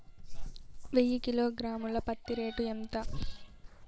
వెయ్యి కిలోగ్రాము ల పత్తి రేటు ఎంత?